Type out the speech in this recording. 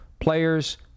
players